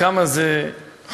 כמה זה חופף,